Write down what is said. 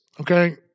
okay